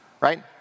right